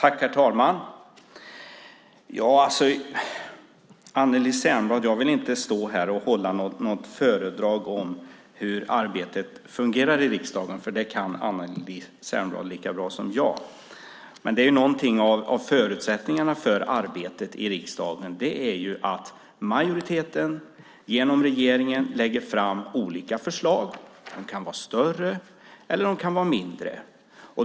Herr talman! Jag vill inte stå här och hålla något föredrag om hur arbetet fungerar i riksdagen. Det kan Anneli Särnblad lika bra som jag. Någonting av förutsättningarna för arbetet i riksdagen är att majoriteten genom regeringen lägger fram olika förslag - de kan vara större eller mindre.